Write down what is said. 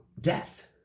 death